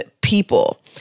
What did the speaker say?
people